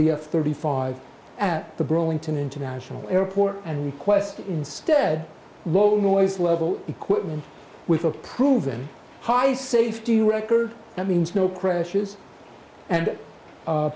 f thirty five at the burlington international airport and request instead local noise level equipment with a proven high safety record that means no crashes and